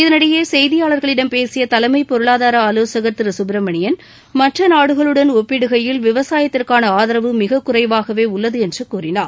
இதனிடையே செய்தியாளர்களிடம் பேசிய தலைமை பொருளாதார ஆலோசகர் திரு சுப்பிரமணியன் மற்ற நாடுகளுடன் ஒப்பிடுகையில் விவசாயத்திற்கான ஆதரவு மிக குறைவாகவே உள்ளது என்று கூறினார்